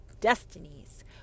destinies